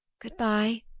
good-bye,